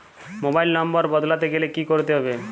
Mobile number বদলাতে গেলে কি করতে হবে?